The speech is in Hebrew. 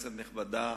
כנסת נכבדה,